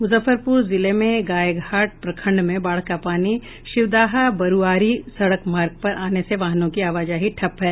मुजफ्फरपुर जिले में गायघाट प्रखंड में बाढ़ का पानी शिवदाहा बरूआरी सड़क मार्ग पर आने से वाहनों की आवाजाही ठप्प है